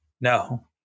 No